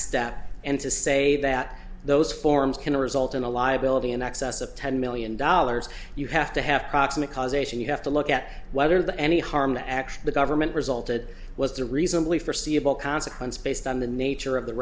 step and to say that those forms can result in a liability in excess of ten million dollars you have to have proximate cause ation you have to look at whether the any harm the action the government resulted was a reasonably foreseeable consequence based on the nature of the